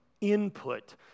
input